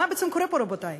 מה בעצם קורה פה, רבותי?